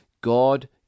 God